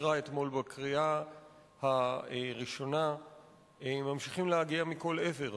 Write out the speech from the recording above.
אישרה אתמול בקריאה ראשונה ממשיכים להגיע מכל עבר.